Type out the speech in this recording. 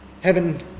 heaven